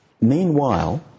Meanwhile